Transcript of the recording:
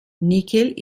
nickel